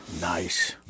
Nice